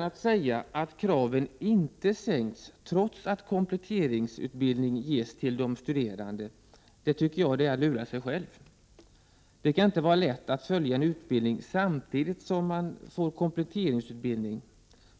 Att säga att kraven inte har sänkts trots att kompletteringsutbildning ges till de studerande tycker jag är att lura sig själv. Det kan inte vara lätt att följa en utbildning samtidigt som man får kompletteringsutbildning.